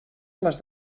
les